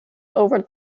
over